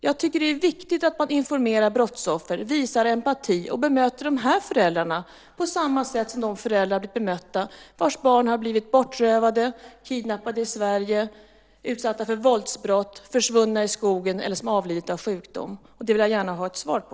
Jag tycker att det är viktigt att man informerar brottsoffer, visar empati och bemöter de här föräldrarna på samma sätt som de föräldrar blir bemötta vars barn har blivit kidnappade i Sverige, utsatta för våldsbrott, försvunna i skogen eller som avlidit av sjukdom. Det vill jag gärna ha ett svar på.